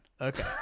Okay